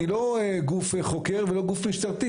אני לא גוף חוקר ולא גוף משטרתי,